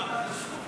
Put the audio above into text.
31 בעד, 60 נגד.